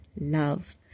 love